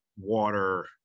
water